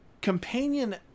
companion